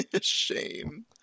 Shame